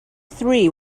three